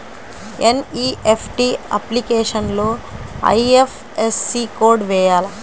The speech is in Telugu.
ఎన్.ఈ.ఎఫ్.టీ అప్లికేషన్లో ఐ.ఎఫ్.ఎస్.సి కోడ్ వేయాలా?